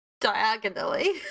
Diagonally